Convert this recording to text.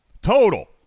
Total